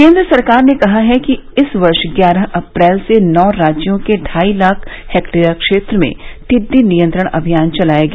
केन्द्र सरकार ने कहा कि इस वर्ष ग्यारह अप्रैल से नौ राज्यों के ढाई लाख हेक्टेयर क्षेत्र में टिड्डी नियंत्रण अभियान चलाया गया